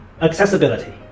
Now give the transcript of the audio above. Accessibility